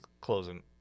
closing